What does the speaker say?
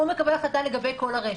הוא מקבל החלטה לגבי כל הרשת.